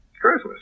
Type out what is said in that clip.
Christmas